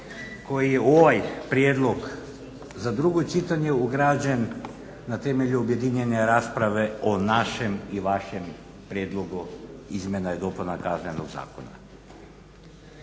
koji je u ovaj prijedlog za drugo čitanje ugrađen na temelju objedinjene rasprave o našem i vašem prijedlogu izmjena i dopuna Kaznenog zakona.